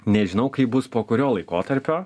nežinau kaip bus po kurio laikotarpio